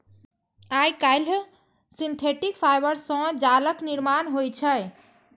आइकाल्हि synthetic fibre सं जालक निर्माण होइ छै